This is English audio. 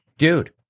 Dude